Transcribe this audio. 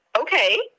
okay